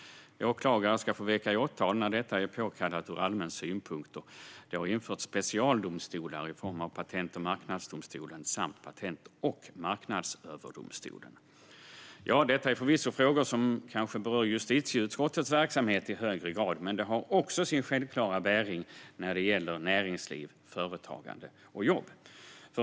Åklagare ska få väcka åtal när detta är påkallat ur allmän synpunkt. Specialdomstolar har införts i form av Patent och marknadsdomstolen och Patent och marknadsöverdomstolen. Detta är förvisso frågor som kanske i högre grad berör justitieutskottets verksamhet, men de har också sin självklara bäring när det gäller näringsliv, företagande och jobb.